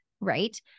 right